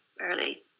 early